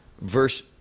Verse